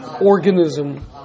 organism